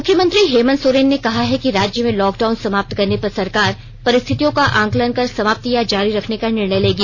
मुख्यमंत्री हेमन्त सोरेन ने कहा है कि राज्य में लॉकडाउन समाप्त करने पर सरकार परिस्थितियों का आंकलन कर समाप्त या जारी रखने का निर्णय लेगी